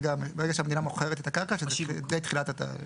ברגע שהמדינה מוכרת את הקרקע בתחילת התהליך.